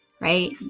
right